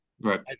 Right